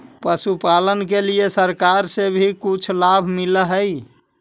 पशुपालन के लिए सरकार से भी कुछ लाभ मिलै हई?